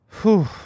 Whew